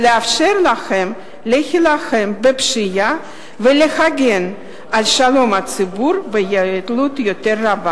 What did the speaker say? ולאפשר להם להילחם בפשיעה ולהגן על שלום הציבור ביעילות רבה יותר.